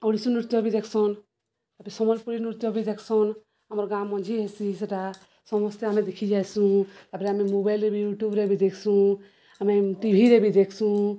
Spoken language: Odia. ଓଡ଼ିଶୀ ନୃତ୍ୟ ବି ଦେଖସନ୍ ତାପରେ ସମ୍ବଲପୁରୀ ନୃତ୍ୟ ବି ଦେଖ୍ସନ୍ ଆମର ଗାଁ ମଞ୍ଜି ହେସି ସେଟା ସମସ୍ତେ ଆମେ ଦେଖି ଯାଇସୁଁ ତାପରେ ଆମେ ମୋବାଇଲରେ ବି ୟୁଟ୍ୟୁବରେ ବି ଦେଖ୍ସୁଁ ଆମେ ଟିଭିରେ ବି ଦେଖ୍ସୁଁ